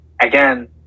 again